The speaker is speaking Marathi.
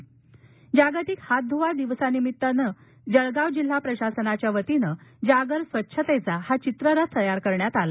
चित्ररथ जळगाव जागतिक हात ध्रुवा दिवसानिमित्ताने जळगाव जिल्हा प्रशासनाच्या वतीनं जागर स्वच्छतेचा हा चित्ररथ तयार करण्यात आला